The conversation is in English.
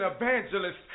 evangelist